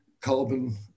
carbon